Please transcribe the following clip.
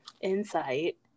insight